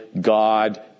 God